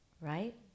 right